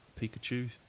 Pikachu